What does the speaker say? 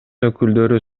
өкүлдөрү